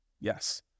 Yes